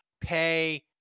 Pay